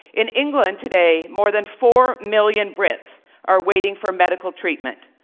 in england today, more than four million brits are waiting for medical treatment.